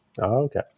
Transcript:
Okay